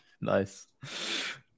nice